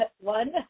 one